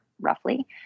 roughly